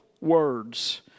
words